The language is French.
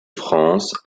france